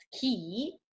key